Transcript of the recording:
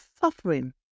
suffering